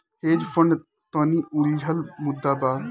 hedge fund तनि उलझल मुद्दा बा